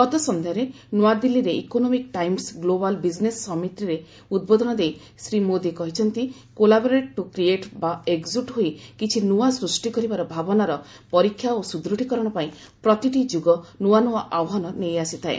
ଗତସନ୍ଧ୍ୟାରେ ନ୍ତଆଦିଲ୍ଲୀରେ economic times global business ସମିଟିରେ ଉଦ୍ବୋଧନ ଦେଇ ଶ୍ରୀ ମୋଦି କହିଛନ୍ତି 'କୋଲାବରେଟ୍ ଟୁ କ୍ରିଏଟ୍' ବା 'ଏକଜୁଟ ହୋଇ କିଛି ନୂଆ ସୃଷ୍ଟି କରିବାର ଭାବନା'ର ପରୀକ୍ଷା ଓ ସୁଦୂଢ଼ୀକରଣ ପାଇଁ ପ୍ରତିଟି ଯୁଗ ନୂଆ ନୂଆ ଆହ୍ୱାନ ନେଇଆସିଥାଏ